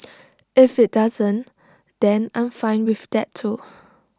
if IT doesn't then I'm fine with that too